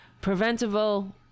preventable